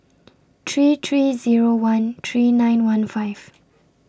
three three Zero one three nine one five